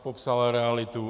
Popsal realitu.